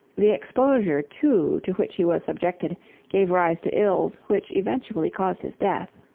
the exposure, too, to which he was subjected gave rise to ills which eventually caused his death.